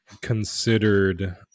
considered